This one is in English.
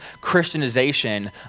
Christianization